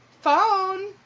phone